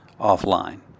offline